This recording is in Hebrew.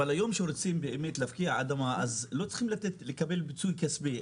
אבל היום כשבאמת רוצים להפקיע אדמה אז לא צריכים לקבל פיצוי כספי,